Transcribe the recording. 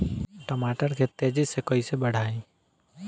टमाटर के तेजी से कइसे बढ़ाई?